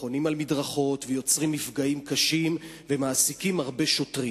חונים על מדרכות ויוצרים מפגעים קשים ומעסיקים הרבה שוטרים.